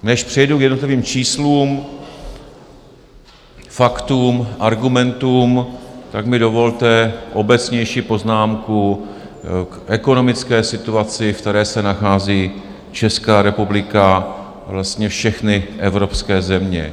Než přejdu k jednotlivým číslům, faktům, argumentům, tak mi dovolte obecnější poznámku k ekonomické situaci, ve které se nachází Česká republika, vlastně všechny evropské země.